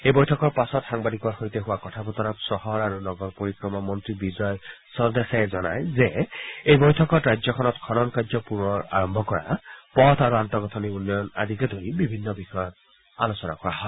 এই বৈঠকৰ পাছত সাংবাদিকৰ সৈতে হোৱা কথা বতৰাত চহৰ আৰু নগৰ পৰিকল্পনা মন্ত্ৰী বিজয় চৰদেশাইয়ে জনায় যে এই বৈঠকত ৰাজ্যখনত খনন কাৰ্য পুনৰ আৰম্ভ কৰা পথ আৰু আন্তঃগাথনি উন্নয়ন আদিকে ধৰি বিভিন্ন বিষয়ত আলোচনা কৰা হয়